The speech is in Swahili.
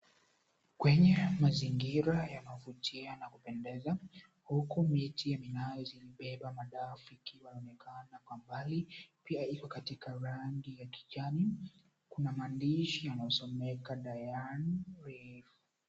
Kwenye mazingira yanayovutia na kupendeza huku miti minazi imebeba madafu ikiwa yaonekana kwa mbali pia iko katika rangi ya kijani. Kuna maandishi yanayosomeka, Diani Reef.